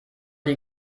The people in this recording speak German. die